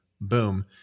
Boom